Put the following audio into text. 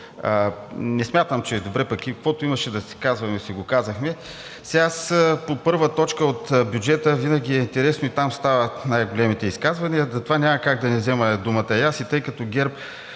не смятам, че е добре, пък и каквото имаше да си казваме, си го казахме. По първа точка от бюджета винаги е интересно и там стават най-големите изказвания, затова няма как да не взема думата и аз. И тъй като ГЕРБ